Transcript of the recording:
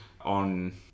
on